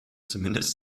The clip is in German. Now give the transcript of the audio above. zumindest